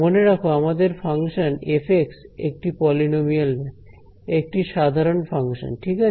মনে রাখো আমাদের ফাংশন f একটা পলিনোমিয়াল নয় একটি সাধারন ফাংশন ঠিক আছে